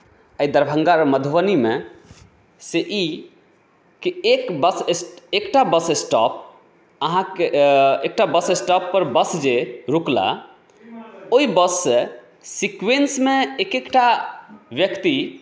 अहि दरभङ्गा और मधुबनीमे से ई कि एक बस स्टैण्ड एकटा बस स्टॉप अहाँकेँ एकटा बस स्टॉप पर बस जे रुकला ओहि बस मे सिक्वेन्स से एक एकटा व्यक्ति